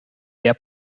der